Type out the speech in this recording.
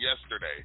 yesterday